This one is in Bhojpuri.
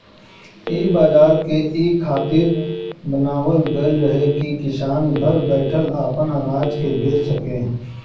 इ बाजार के इ खातिर बनावल गईल रहे की किसान घर बैठल आपन अनाज के बेचा सके